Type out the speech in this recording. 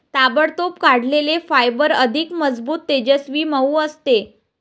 ताबडतोब काढलेले फायबर अधिक मजबूत, तेजस्वी, मऊ असते